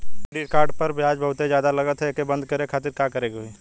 Credit card पर ब्याज बहुते ज्यादा लगत ह एके बंद करे खातिर का करे के होई?